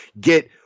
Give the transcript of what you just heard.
get